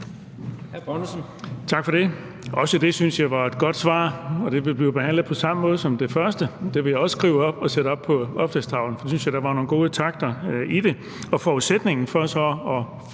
Tak for det. Også det synes jeg var et godt svar, og det vil blive behandlet på samme måde som det første. Det her vil jeg også skrive op og sætte op på opslagstavlen. Jeg synes, der var nogle gode takter i det. Og forudsætningen for at